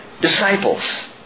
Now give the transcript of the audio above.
disciples